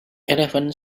eleven